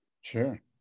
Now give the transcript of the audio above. sure